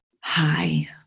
hi